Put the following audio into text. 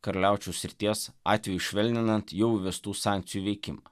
karaliaučiaus srities atveju švelninant jau įvestų sankcijų veikimą